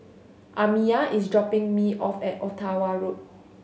Amiyah is dropping me off at Ottawa Road